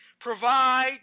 provide